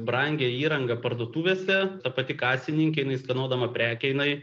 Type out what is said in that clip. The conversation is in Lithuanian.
brangią įrangą parduotuvėse ta pati kasininkė jinai skanuodama prekę jinai